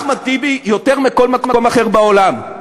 אחמד טיבי, יותר מבכל מקום אחר בעולם.